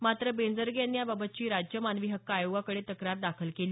मात्र बेंजरगे यांनी याबाबतची राज्य मानवी हक्क आयोगाकडे तक्रार दाखल केली